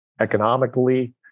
economically